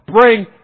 bring